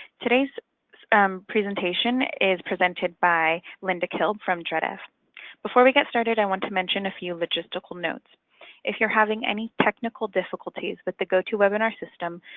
today's presentation is presented by linda kilb from dredf before we get started i want to mention a few logistical notes if you're having any technical difficulties with the gotowebinar system,